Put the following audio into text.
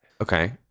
okay